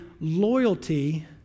loyalty